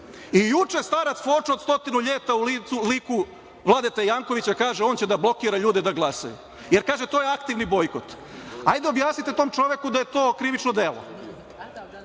starac Fočo od stotinu ljeta u liku Vlaldete Jankovića kaže on će da blokira ljude da glasaju, jer, kaže, to je aktivni bojkot. Ajde objasnite tom čoveku da je to krivično delo. Druga